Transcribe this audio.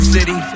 City